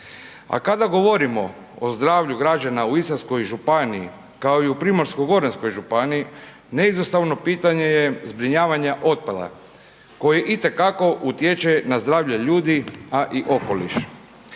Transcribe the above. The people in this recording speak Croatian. A kada govorimo o zdravlju građana u Istarskoj županiji, kao i u Primorsko-goranskoj županiji neizostavno pitanje je zbrinjavanja otpada koji itekako utječe na zdravlje ljudi a i okoliš.